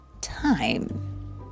time